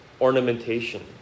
ornamentation